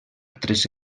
tres